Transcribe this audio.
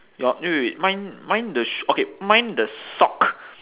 your wait wait wait mine mine the sh~ okay mine the sock